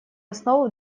основу